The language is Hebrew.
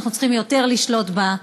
אנחנו צריכים יותר לשלוט בה,